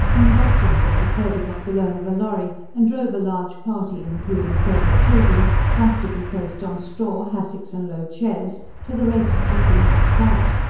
on boxing day purdy got the loan of a lorry and drove a large party, including several children, comfortably placed on straw, hassocks and low chairs, to the races a few miles out.